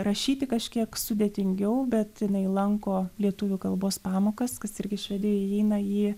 rašyti kažkiek sudėtingiau bet jinai lanko lietuvių kalbos pamokas kas irgi švedijoj įeina į